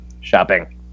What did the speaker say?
shopping